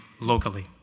locally